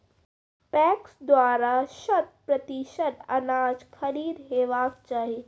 PACS द्वारा शत प्रतिसत अनाज खरीद हेवाक चाही?